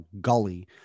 gully